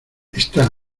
están